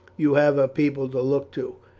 you have her people to look to.